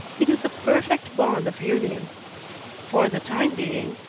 it is a perfect bond of union for the time being,